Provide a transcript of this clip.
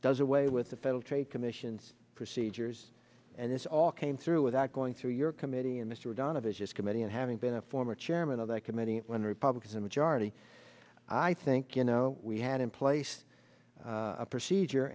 does away with the federal trade commission's procedures and this all came through without going through your committee and mr donovan just committee and having been a former chairman of that committee when republican majority i think you know we had in place a procedure